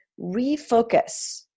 refocus